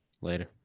Later